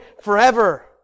forever